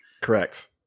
Correct